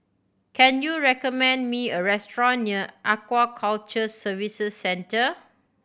can you recommend me a restaurant near Aquaculture Services Centre